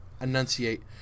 Enunciate